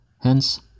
Hence